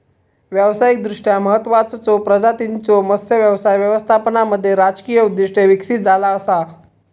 व्यावसायिकदृष्ट्या महत्त्वाचचो प्रजातींच्यो मत्स्य व्यवसाय व्यवस्थापनामध्ये राजकीय उद्दिष्टे विकसित झाला असा